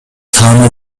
саны